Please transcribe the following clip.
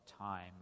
time